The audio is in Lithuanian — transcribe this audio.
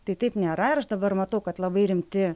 tai taip nėra ir aš dabar matau kad labai rimti